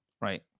Right